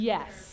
Yes